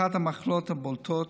אחת המחלות הבולטות